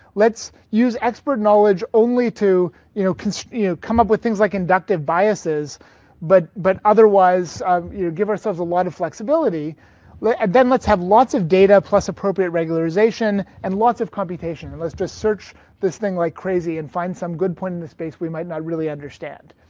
let's use expert knowledge only to you know so you know come up with things like inductive biases but but otherwise you know give ourselves a lot of flexibility and then let's have lots of data plus appropriate regularization and lots of computation and let's just search this thing like crazy and find some good point in the space we might not really understand.